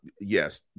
yes